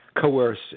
coercive